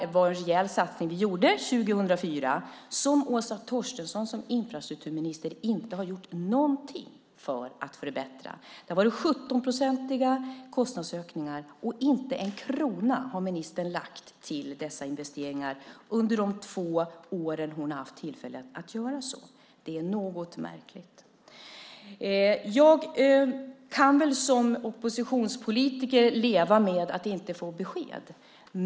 Det var en rejäl satsning vi gjorde 2004 som Åsa Torstensson som infrastrukturminister inte har gjort någonting för att förbättra. Det har varit 17-procentiga kostnadsökningar, men inte en krona har ministern lagt till dessa investeringar under de två år hon har haft tillfälle att göra så. Det är något märkligt. Jag kan väl som oppositionspolitiker leva med att inte få besked.